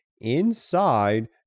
inside